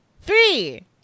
Three